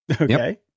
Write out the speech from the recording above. Okay